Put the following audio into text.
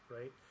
right